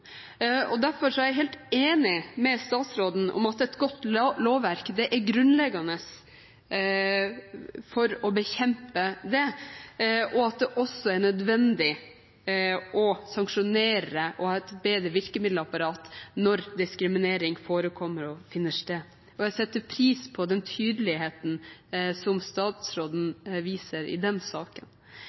Derfor er jeg helt enig med statsråden i at et godt lovverk er grunnleggende for å bekjempe dette, og at det også er nødvendig å sanksjonere og ha et bedre virkemiddelapparat når diskriminering forekommer og finner sted. Jeg setter pris på den tydeligheten som statsråden viser i den saken.